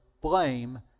blame